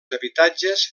habitatges